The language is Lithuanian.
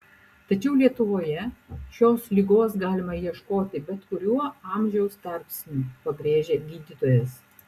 tačiau lietuvoje šios ligos galima ieškoti bet kuriuo amžiaus tarpsniu pabrėžia gydytojas